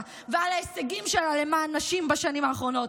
ועל ההישגים שלה למען נשים בשנים האחרונות,